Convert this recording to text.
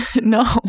no